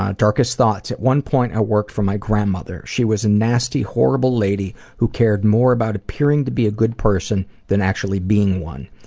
ah darkest thoughts? at one point i worked for my grandmother, she was a nasty horrible lady who cared more about appearing to be a good person than actually being one.